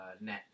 net